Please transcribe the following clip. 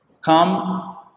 Come